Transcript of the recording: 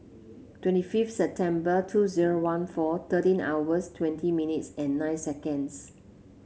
twenty fifth September two zero one four thirteen hours twenty minutes and nine seconds